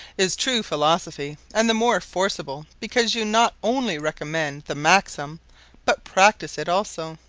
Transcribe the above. is true philosophy and the more forcible, because you not only recommend the maxim but practise it also.